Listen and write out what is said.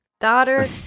Daughter